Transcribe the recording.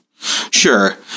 Sure